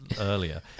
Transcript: earlier